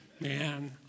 Man